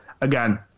again